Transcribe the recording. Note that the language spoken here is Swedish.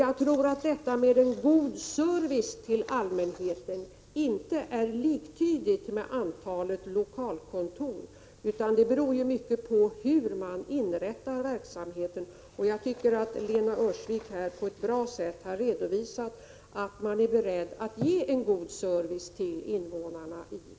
Jag tror att detta med en god service till allmänheten inte är liktydigt med antalet lokalkontor, utan det beror mycket på hur man inrättar verksamheten. Jag tycker att Lena Öhrsvik här på ett bra sätt har redovisat att man är beredd att ge en god service till invånarna i — Prot.